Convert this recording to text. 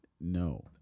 No